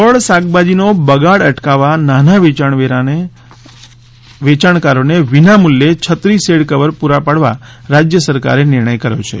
ફળ શાકભાજીનો બગાડ અટકાવવા નાના વેચાણવેરોને વિના મૂલ્યે છત્રી શેડ કવર પૂરા પાડવાનો રાજ્ય સરકારે નિર્ણય કર્યો છે